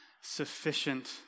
sufficient